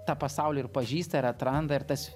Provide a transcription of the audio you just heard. tą pasaulį ir pažįsta ir atranda ir tas